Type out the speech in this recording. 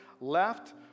left